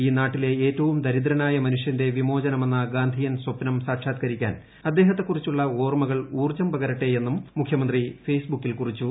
ഈ നാട്ടിലെ ഏറ്റവും ദരിദ്രനായ മനുഷ്യന്റെ വിമോചനമെന്ന ഗാന്ധിയൻ സ്വപ്നം സാക്ഷാത്ക്കരിക്കാൻ അദ്ദേഹത്തെക്കുറിച്ചുള്ള ഓർമ്മകൾ ഉൌർജ്ജം പകരട്ടെയെന്നും ഫെയ് മുഖ്യമന്ത്രി സ്ബുക്കിൽ കുറിച്ചു